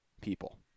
people